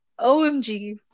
OMG